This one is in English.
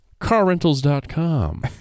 carrentals.com